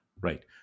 right